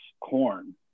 corn